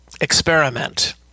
experiment